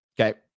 Okay